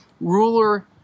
ruler